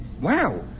wow